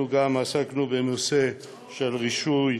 אנחנו גם עסקנו בנושא של רישוי,